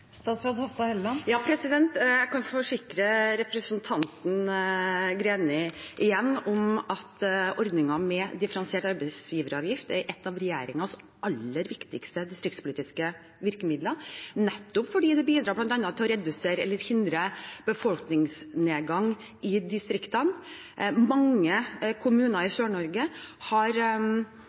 Jeg kan igjen forsikre representanten Greni om at ordningen med differensiert arbeidsgiveravgift er et av regjeringens aller viktigste distriktspolitiske virkemidler, nettopp fordi det bidrar bl.a. til å redusere eller hindre befolkningsnedgang i distriktene. Mange kommuner i Sør-Norge har